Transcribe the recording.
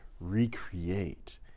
recreate